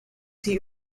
sie